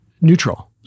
neutral